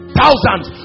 thousands